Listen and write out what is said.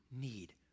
need